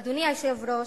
אדוני היושב-ראש,